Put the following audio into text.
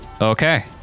Okay